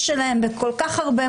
את טועה בדבר אחד,